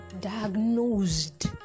diagnosed